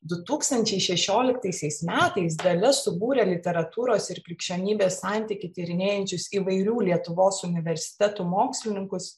du tūkstančiai šešioliktaisiais metais dalia subūrė literatūros ir krikščionybės santykį tyrinėjančius įvairių lietuvos universitetų mokslininkus